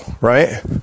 right